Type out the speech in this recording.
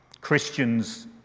Christians